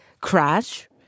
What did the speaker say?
crash